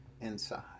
inside